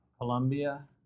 Colombia